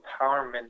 empowerment